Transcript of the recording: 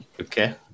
Okay